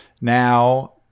Now